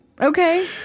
Okay